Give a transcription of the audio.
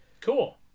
Cool